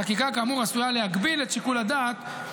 חקיקה כאמור עשויה להגביל את שיקול הדעת,